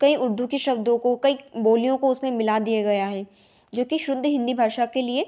कई उर्दू के शब्दों को कई बोलियों को उसमें मिला दिया गया है जो कि शुद्ध हिन्दी भाषा के लिए